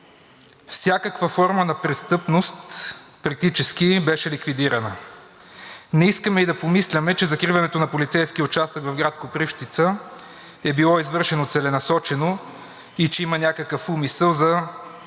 всякаква форма на престъпност практически беше ликвидирана. Не искам и да помисля, че закриването на полицейския участък в град Копривщица е било извършено целенасочено и че има някакъв умисъл да